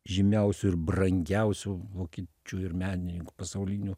žymiausių ir brangiausių vokiečių ir menininkų pasaulinių